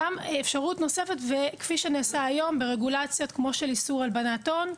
אפשרות נוספת נעשית כבר היום ברגולציות כמו של איסור הלבנת הון: